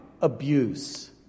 abuse